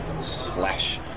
slash